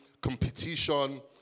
competition